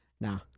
nah